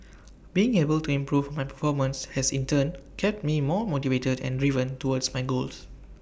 being able to improve my performance has in turn kept me more motivated and driven towards my goals